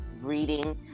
reading